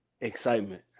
Excitement